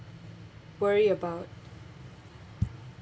worry about